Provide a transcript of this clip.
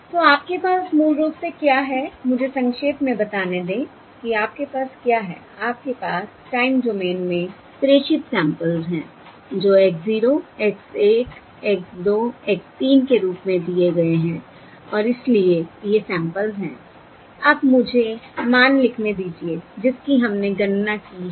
तो आपके पास मूल रूप से क्या है मुझे संक्षेप में बताने दें कि आपके पास क्या है आपके पास टाइम डोमेन में प्रेषित सैंपल्स हैं जो x 0 x 1 x 2 x 3 के रूप में दिए गए हैं और इसलिए ये सैंपल्स हैं अब मुझे मान लिखने दीजिए जिसकी हमने गणना की है